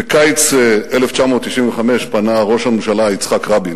בקיץ 1995 פנה ראש הממשלה יצחק רבין